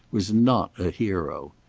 was not a hero.